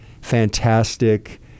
fantastic –